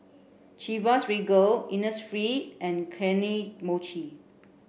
Chivas Regal Innisfree and Kane Mochi